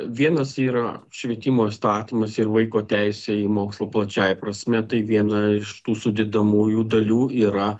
vienas yra švietimo įstatymas ir vaiko teisė į mokslą plačiąja prasme tai viena iš tų sudedamųjų dalių yra